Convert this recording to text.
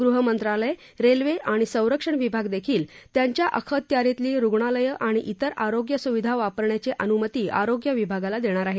गृह मंत्रालय रेल्वे आणि संरक्षण विभाग देखील त्यांच्या अखत्यारीतली रुग्णालयं आणि जिर आरोग्य सुविधा वापरण्याची अनुमती आरोग्य विभागाला देणार आहेत